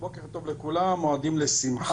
בוקר טוב לכולם, מועדים לשמחה.